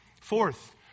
Fourth